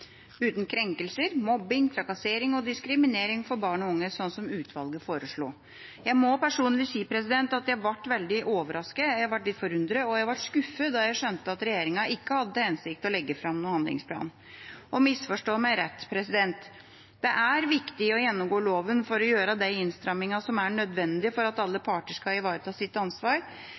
uten krenkelser, mobbing, trakassering og diskriminering for barn og unge», slik utvalget foreslo. Jeg må personlig si at jeg ble veldig overrasket, jeg ble litt forundret, og jeg ble skuffet da jeg skjønte at regjeringa ikke hadde til hensikt å legge fram noen handlingsplan. Og misforstå meg rett: Det er viktig å gjennomgå lova for å gjøre de innstrammingene som er nødvendig for at alle parter skal ivareta sitt ansvar,